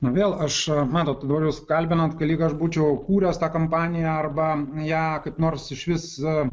nu vėl aš matot dabar jūs kalbinant lyg aš būčiau kūręs tą kompaniją arba ją kaip nors išvis